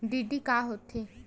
DD का होथे?